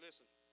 Listen